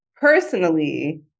personally